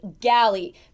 Galley